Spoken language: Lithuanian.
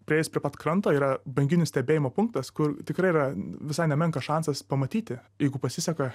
priėjus prie pat kranto yra banginių stebėjimo punktas kur tikrai yra visai nemenkas šansas pamatyti jeigu pasiseka